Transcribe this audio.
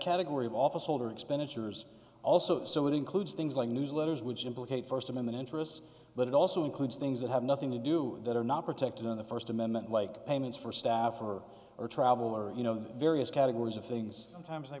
category of office holder expenditures also so it includes things like newsletters which implicate first and then interests but it also includes things that have nothing to do that are not protected in the first amendment like payments for staff or or travel or you know various categories of things in times